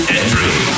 entry